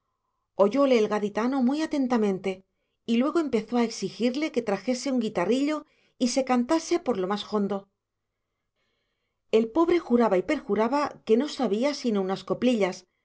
oyole el gaditano muy atentamente y luego empezó a exigirle que trajese un guitarrillo y se cantase por lo más jondo el pobre juraba y perjuraba que no sabía sino unas coplillas